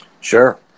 Sure